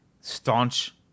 staunch